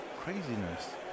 craziness